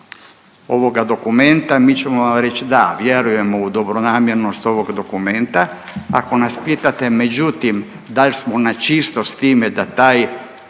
ovoga dokumenta mi ćemo vam reći da, vjerujemo u dobronamjernost ovog dokumenta. Ako na pitate međutim dal smo na čisto s time da taj